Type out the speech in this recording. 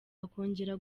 akongera